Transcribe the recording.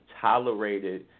tolerated